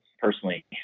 personally